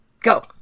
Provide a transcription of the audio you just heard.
Go